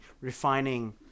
refining